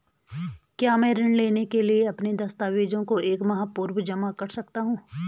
क्या मैं ऋण लेने के लिए अपने दस्तावेज़ों को एक माह पूर्व जमा कर सकता हूँ?